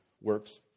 works